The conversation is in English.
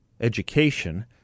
education